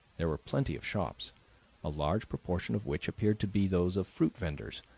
there were plenty of shops a large proportion of which appeared to be those of fruit vendors,